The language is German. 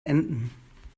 enten